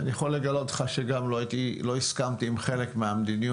אני יכול לומר לך שגם לא הסכמתי עם חלק מהמדיניות